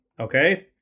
Okay